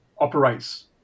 operates